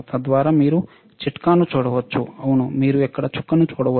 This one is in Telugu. తద్వారా మీరు చిట్కాను చూడవచ్చు అవును అవును మీరు ఇక్కడ చుక్కను చూడవచ్చు